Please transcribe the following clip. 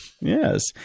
Yes